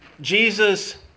Jesus